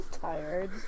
tired